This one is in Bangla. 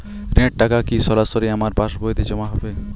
ঋণের টাকা কি সরাসরি আমার পাসবইতে জমা হবে?